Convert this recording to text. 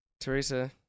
Teresa